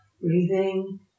Breathing